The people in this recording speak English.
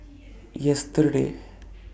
yesterday